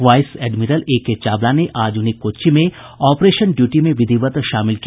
voice admiral A K Chawla ने आज उन्हें कोच्चि में ऑपरेशन ड्यूटी में विधिवत शामिल किया